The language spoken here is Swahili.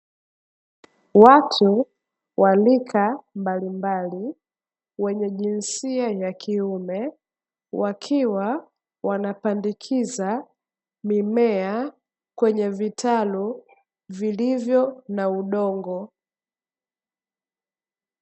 Watu wa rika mbalimbali wenye jinsia ya kiume, wakiwa wanapandikiza mimea kwenye vitalu vilivyo na udongo.